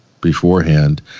beforehand